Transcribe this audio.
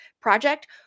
project